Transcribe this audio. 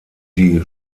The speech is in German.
die